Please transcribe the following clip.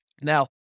Now